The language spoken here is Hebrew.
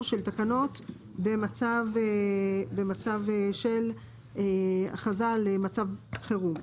של תקנות במצב של הכרזה על מצב חירום.